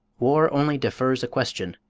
war only defers a question.